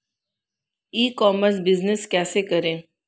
ई commerce business कैसे करें?